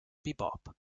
bebop